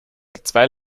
zwei